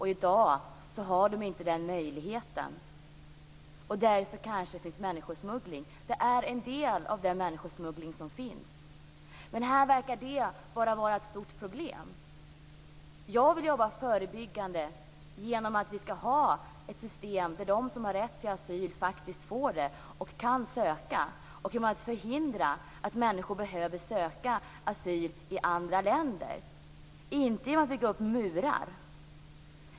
I dag har de inte den möjligheten, och därför kanske det förekommer människosmuggling. Det är en del av den människosmuggling som sker. Men här verkar det bara vara ett stort problem. Jag vill jobba förebyggande, genom att vi har ett system som innebär att de som har rätt till asyl kan söka och få asyl och som förhindrar att människor behöver söka asyl i andra länder, inte genom att vi bygger upp murar.